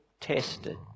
tested